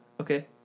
Okay